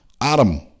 Adam